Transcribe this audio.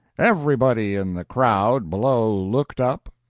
everybody in the crowd below looked up,